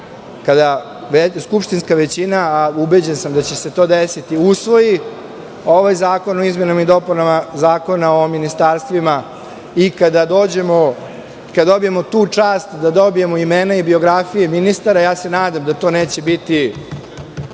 kada skupštinska većina, a ubeđen sam da će se to desiti, usvoji ovaj zakon o izmenama i dopunama Zakona o ministarstvima i kada dobijemo tu čast da dobijemo imena i biografije ministara, ja se nadam da to neće biti